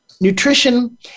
nutrition